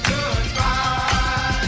Goodbye